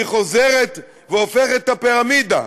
והיא חוזרת והופכת את הפירמידה.